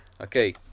Okay